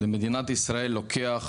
למדינת ישראל לוקח